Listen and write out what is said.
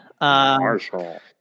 Marshall